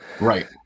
right